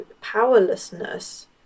powerlessness